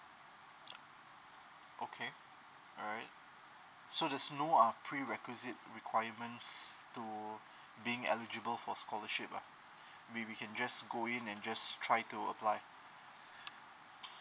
okay alright so there's no uh pre requisite requirements to being eligible for scholarship lah we we can just go in and just try to apply